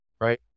right